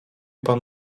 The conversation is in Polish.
pan